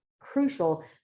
crucial